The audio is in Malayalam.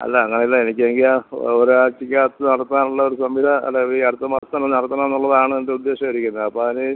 അല്ല അങ്ങനെ അല്ല എനിക്ക് എങ്കിൽ ആ ഒ ഒരാഴ്ച്ചക്കകത്ത് നടത്താനുള്ള ഒരു സംവിധാനം അല്ല ഈ അടുത്ത മാസം തന്നെ നടത്തണം എന്നുള്ളതാണ് എൻ്റെ ഉദ്ദേശം ഇരിക്കുന്നത് അപ്പം അത്